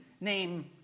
name